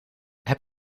heb